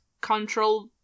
control